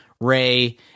Ray